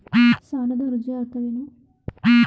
ಸಾಲದ ಅರ್ಜಿಯ ಅರ್ಥವೇನು?